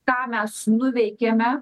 ką mes nuveikėme